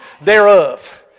thereof